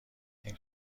این